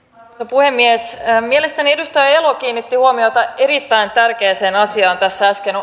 puhemies mielestäni edustaja elo kiinnitti huomiota erittäin tärkeään asiaan tässä äsken